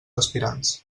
aspirants